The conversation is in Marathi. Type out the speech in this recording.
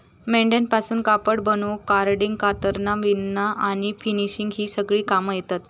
मेंढ्यांपासून कापड बनवूक कार्डिंग, कातरना, विणना आणि फिनिशिंग ही सगळी कामा येतत